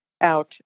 out